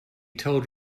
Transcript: told